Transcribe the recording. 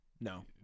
no